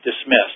dismissed